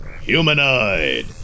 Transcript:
humanoid